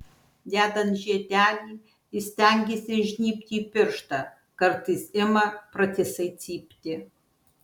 dedant žiedelį ji stengiasi įžnybti į pirštą kartais ima pratisai cypti